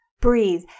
breathe